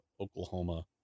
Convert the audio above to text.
Oklahoma